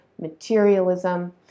materialism